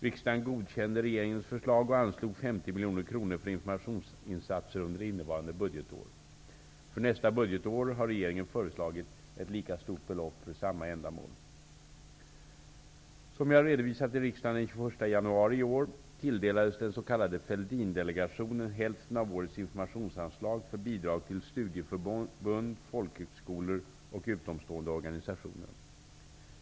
Riksdagen godkände regeringens förslag och anslog 50 miljoner kronor för informationsinsatser under innevarande budgetår. För nästa budgetår har regeringen föreslagit ett lika stort belopp för sammma ändamål. Som jag har redovisat i riksdagen den 21 januari i år tilldelades den s.k. Fälldindelegationen hälften av årets informationsanslag för bidrag till studieförbund, folkhögskolor och utomstående organisationer.